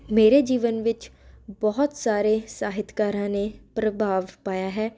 ਮੇਰੇ ਜੀਵਨ ਵਿੱਚ ਬਹੁਤ ਸਾਰੇ ਸਾਹਿਤਕਾਰਾਂ ਨੇ ਪ੍ਰਭਾਵ ਪਾਇਆ ਹੈ